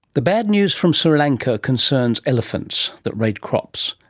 the bad news from sri lanka concerns elephants that raid crops.